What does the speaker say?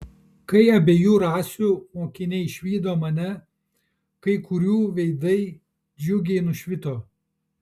kai abiejų rasių mokiniai išvydo mane kai kurių veidai džiugiai nušvito